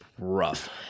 rough